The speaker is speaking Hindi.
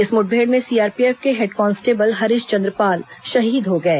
इस मुठभेड़ में सीआरपीएफ के हेड कांस्टेबल हरीश चन्द्र पाल शहीद हो गए